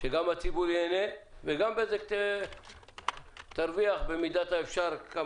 שגם הציבור ייהנה וגם בזק תרוויח במידת האפשר.